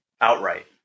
Outright